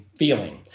feeling